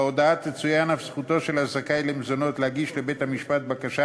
בהודעה תצוין אף זכותו של הזכאי למזונות להגיש לבית-המשפט בקשה